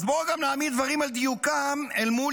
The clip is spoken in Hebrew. אז בואו גם נעמיד דברים על דיוקם אל מול